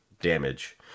damage